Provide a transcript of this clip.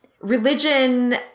religion